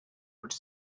could